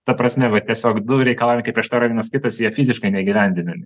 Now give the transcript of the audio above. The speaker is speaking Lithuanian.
ta prasme va tiesiog du reikalavimai kaip prieštaravimas kitas jie fiziškai neįgyvendinami